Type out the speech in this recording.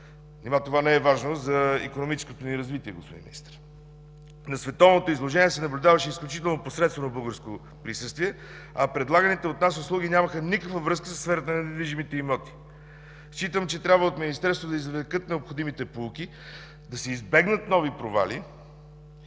Нима това не е важно за икономическото ни развитие, господин Министър? На световното изложение се наблюдаваше изключително посредствено българско присъствие, а предлаганите от нас услуги нямаха никаква връзка със сферата на недвижимите имоти. Считам, че в Министерството трябва да извлекат необходимите поуки, да се избегнат нови провали